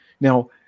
now